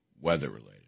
weather-related